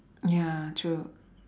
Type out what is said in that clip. ya true